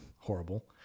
horrible